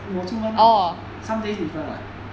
我出门 lah 我出门 some days different lah